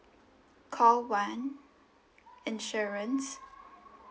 call one insurance